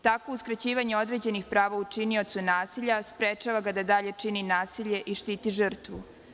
Takvo uskraćivanje određenih prava učiniocu nasilja sprečava ga da dalje čini nasilje i štiti žrtvu.